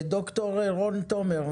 ד"ר רון תומר,